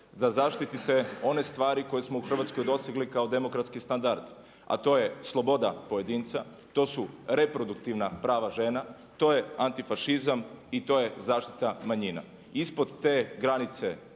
da zaštite one stvari koje smo u Hrvatskoj dosegli kao demokratski standard a to je sloboda pojedinca, to su reproduktivna prava žena, to je antifašizam i to je zaštita manjina. Ispod te razine